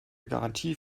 garantie